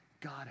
God